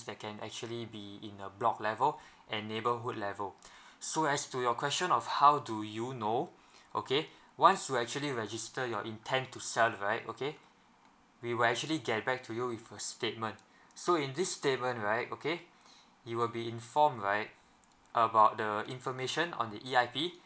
that can actually be in a block level and neighbourhood level so as to your question of how do you know okay once you actually register your intent to sell right okay we will actually get back to you with a statement so in this statement right okay you will be informed right about the information on the E_I_P